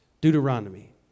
Deuteronomy